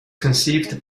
conceived